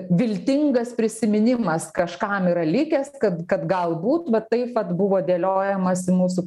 viltingas prisiminimas kažkam yra likęs kad kad galbūt vat taip vat buvo dėliojamasi mūsų